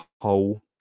hole